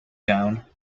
down